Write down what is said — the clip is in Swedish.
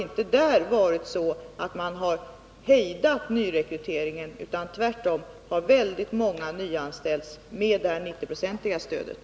Nyrekryteringen har inte hejdats, utan tvärtom har väldigt många nyanställts med det 90-procentiga stödet.